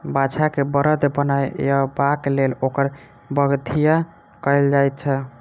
बाछा के बड़द बनयबाक लेल ओकर बधिया कयल जाइत छै